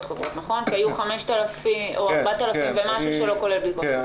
היו 4,000 ומשהו בדיקות לא כולל בדיקות חוזרות.